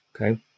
Okay